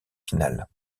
finale